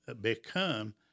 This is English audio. become